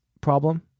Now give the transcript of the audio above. problem